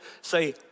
Say